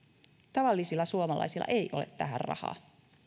tavallisilla suomalaisilla ei ole tähän rahaa